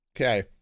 okay